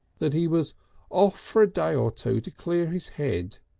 that he was off for a day or two to clear his head,